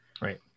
right